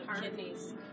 Kidneys